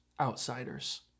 outsiders